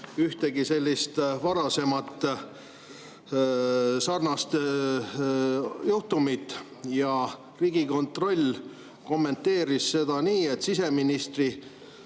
ühtegi varasemat sarnast juhtumit. Riigikontroll kommenteeris seda nii, et siseministri